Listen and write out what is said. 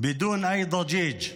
ללא כל רעש.